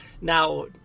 now